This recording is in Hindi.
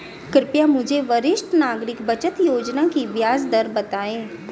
कृपया मुझे वरिष्ठ नागरिक बचत योजना की ब्याज दर बताएं